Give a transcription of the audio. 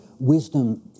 Wisdom